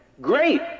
Great